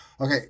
Okay